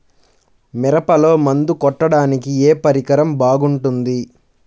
మిరపలో మందు కొట్టాడానికి ఏ పరికరం బాగుంటుంది?